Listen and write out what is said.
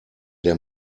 der